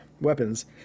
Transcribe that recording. weapons